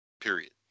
Period